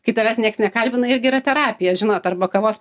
kai tavęs nieks nekalbina irgi yra terapija žinot arba kavos